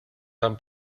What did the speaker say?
tan